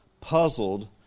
Puzzled